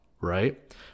right